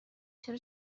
چرا